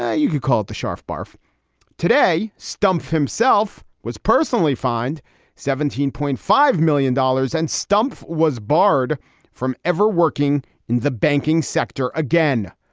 yeah you could call it the schaff bath today. stumpf himself was personally fined seventeen point five million dollars, and stumpf was barred from ever working in the banking sector again.